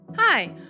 Hi